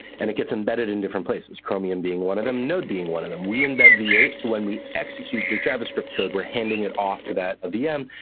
and it gets embedded in different places chromium being one of them and node being one of them. we embed v eight. when we execute your javascript code, we're handing it off to that vm.